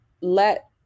let